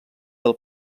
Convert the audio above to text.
del